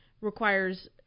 requires